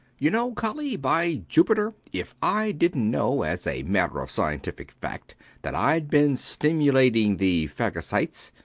you know, colly, by jupiter, if i didnt know as a matter of scientific fact that i'd been stimulating the phagocytes,